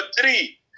three